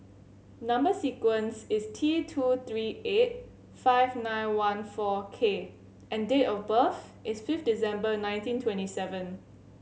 number sequence is T two three eight five nine one four K and date of birth is fifth December nineteen twenty seven